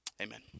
Amen